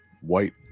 white